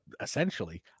essentially